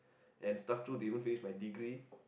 and stuck through to even finish my degree